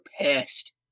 pissed